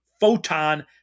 photon